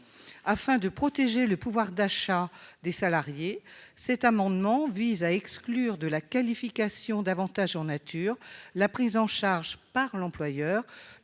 Afin de protéger le pouvoir d'achat des salariés, cet amendement vise à exclure de la qualification d'« avantage en nature » la prise en charge par l'employeur